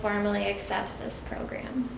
formally accept this program